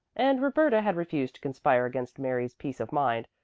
and roberta had refused to conspire against mary's peace of mind,